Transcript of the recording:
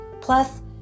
Plus